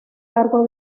cargo